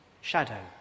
Shadow